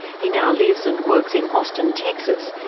he now lives and works in austin, texas,